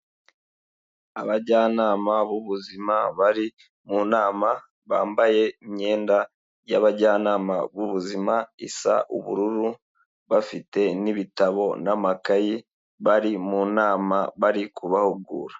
Abajyanama b'ubuzima bari mu nama bambaye imyenda y'abajyanama b'ubuzima isa ubururu, bafite n'ibitabo n'amakayi bari mu nama bari kubahugura.